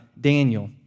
Daniel